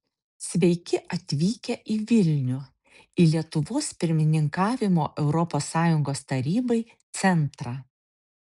sveiki atvykę į vilnių į lietuvos pirmininkavimo europos sąjungos tarybai centrą